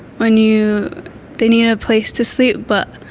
when you they need a place to sleep, but